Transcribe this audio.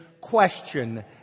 question